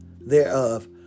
thereof